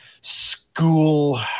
school